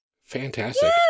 Fantastic